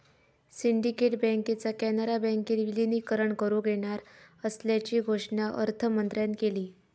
syndicate बँकेचा कॅनरा बँकेत विलीनीकरण करुक येणार असल्याची घोषणा अर्थमंत्र्यांन केली